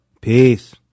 Peace